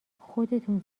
خودتون